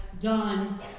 done